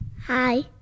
Hi